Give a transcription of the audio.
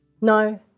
No